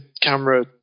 camera